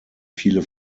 viele